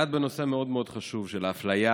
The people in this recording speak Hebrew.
נגעת בנושא מאוד מאוד חשוב של האפליה